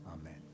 Amen